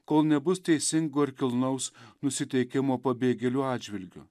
kol nebus teisingo ir kilnaus nusiteikimo pabėgėlių atžvilgiu